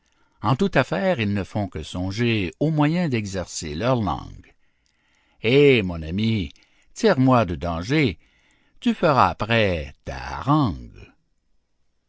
en toute affaire ils ne font que songer au moyen d'exercer leur langue eh mon ami tire-moi de danger tu feras après ta harangue